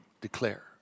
declare